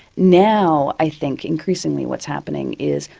now i think increasingly what's happening is,